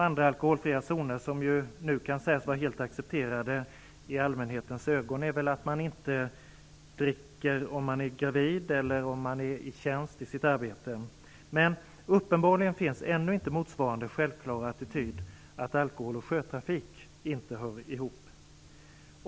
Andra alkoholfria zoner som nu kan sägas vara helt accepterade i allmänhetens ögon är väl att man inte dricker om man är gravid eller om man är i tjänst i sitt arbete. Men uppenbarligen finns inte samma självklara attityd att alkohol och sjötrafik inte hör ihop.